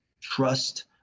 trust